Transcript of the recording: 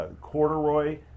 corduroy